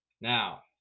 Now